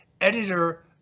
editor